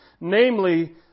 namely